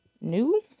New